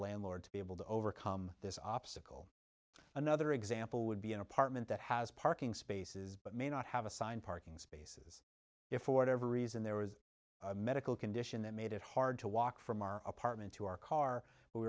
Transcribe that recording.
landlord to be able to overcome this obstacle another example would be an apartment that has parking spaces but may not have assigned parking space if for whatever reason there was a medical condition that made it hard to walk from our apartment to our car